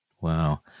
Wow